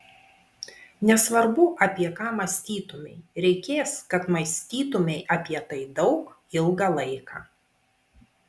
nesvarbu apie ką mąstytumei reikės kad mąstytumei apie tai daug ilgą laiką